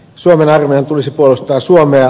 suomen armeijan tulisi puolustaa suomea